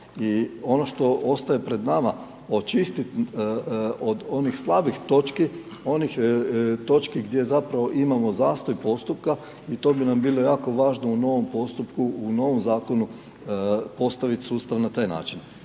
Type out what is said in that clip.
I ono što ostaje pred nama, očistit od onih slabih točki, onih točki gdje zapravo imamo zastoj postupka i to bi nam bilo jako važno u novom postupku, u novom Zakonu, postaviti sustav na taj način.